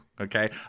okay